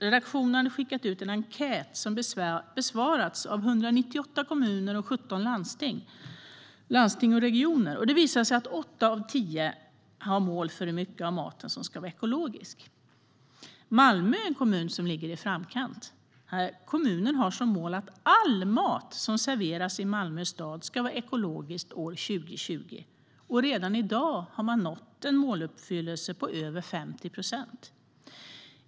Redaktionen hade skickat ut en enkät som besvarats av 198 kommuner och 17 landsting och regioner. Det visade sig att åtta av tio har mål för hur mycket av maten som ska vara ekologisk. Malmö är en kommun som ligger i framkant. Kommunen har som mål att all mat som serveras i Malmö stad ska vara ekologisk 2020. Redan i dag har man nått en måluppfyllelse på över 50 procent.